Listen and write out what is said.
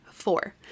Four